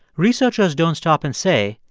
researchers don't stop and say,